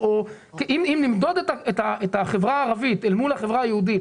אם נמדוד את החברה הערבית אל מול החברה היהודית,